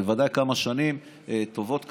בוודאי כמה שנים טובות קדימה,